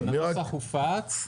הנוסח הופץ.